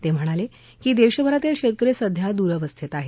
ते म्हणाले की देशभरातील शेतकरी सध्या द्रवस्थने आहेत